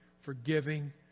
forgiving